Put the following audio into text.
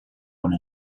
one